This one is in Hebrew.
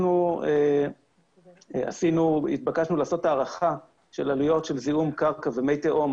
אנחנו נתבקשנו לעשות הערכה של עלויות של זיהום קרקע ומי תהום,